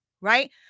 right